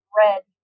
red